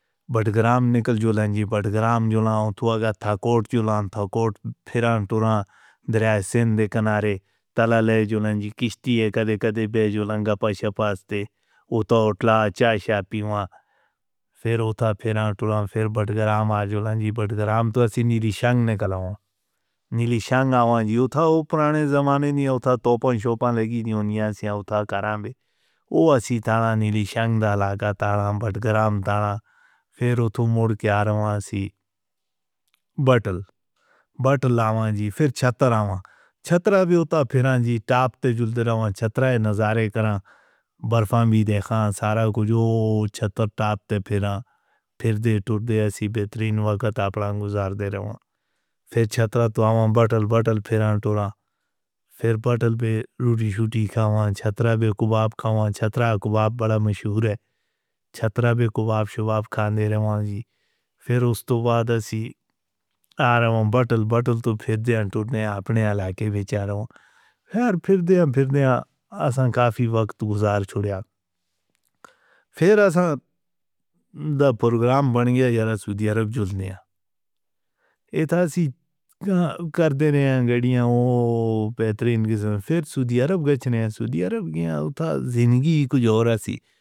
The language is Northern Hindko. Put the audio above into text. بھڑگرام نکل جولن جی بھڑگرام جولن تھا کورٹ جولن تھا کورٹ پھرایسن دے کنارے تالا لے جولن جی کشتی ہے کدے کدے بے جولن گ پئیسا پاستے وو تو اُٹھ لا آ چا شا پیوا پھر اُٹھا پھیرن تُلا پھیر بھڑگرام آ جولن جی بھڑگرام۔ نیلی شنگ آوا جی اُٹھا وو پرانے زمانے نہیں ہوتا توپن شوپا لگی نینوینیا سے اُٹھا کرامبی اُسی تالا نیلی شنگ دا لگا تالا بھٹک رام تالا پھر تو موڑ کے آرما سی بٹل بٹ لاما جی پھر چھتر آوا۔ چھترا بھی ہوتا، پھر جی ٹاپتے جھولتے رہؤاں چھترائے نظارے کرا برفا بھی دیکھا سارا کو جو چھتر ٹاپتے پھیرا پھر دے ٹُوٹ دے ایسی بہترین وقت اپرا گزار دے رہؤاں پھر چھترا تو آوا بوتل بوتل پھیرا۔ پھر بوتل پے روٹی شوٹی کھاؤاں چھترا پے کباب کھاؤاں چھترا کباب بڑا مشہور ہے چھترا پے کباب شیواب کھان دے رواں جی پھر اُسکو بعد سی آ رہا ہوں بوتل بوتل تو پھر دے اپنے ایلے کے بیچارا ہوں پھر پھر دے آ پھر دے آ کافی وقت گزار چھُڑا۔ پھر ایسا دی پروگرام بن گیا۔ یارا سدی ارب جھولنے آ ایسا سی کرتے رہے ہیں گاڑیاں وو بہترین کے وقت پھر سدی ارب گچھنے آیا سدی ارب گیا، وو تھا زندگی کچھ اور ایسی۔